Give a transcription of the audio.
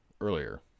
earlier